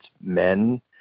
men